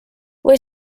või